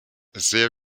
sehr